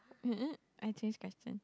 I change question